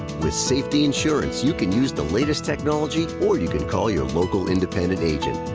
with safety insurance, you can use the latest technology or you can call your local independent agent.